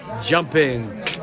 jumping